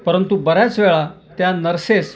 परंतु बऱ्याच वेळा त्या नर्सेस